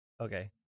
Okay